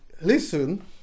listen